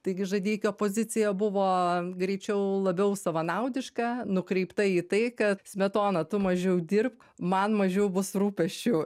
taigi žadeikio pozicija buvo greičiau labiau savanaudiška nukreipta į tai kad smetona tu mažiau dirbk man mažiau bus rūpesčių